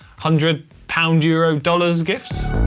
hundred pound, euro, dollars gifts.